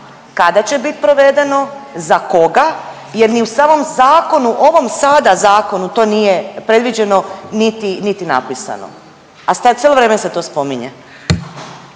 kada će bit provedeno, za koga jer ni u samom zakonu, ovom sada zakonu to nije predviđeno niti napisano, a cijelo vrijeme se to spominje.